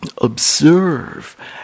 observe